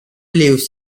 lives